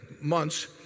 months